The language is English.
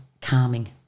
calming